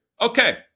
Okay